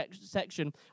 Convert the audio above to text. section